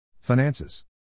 Finances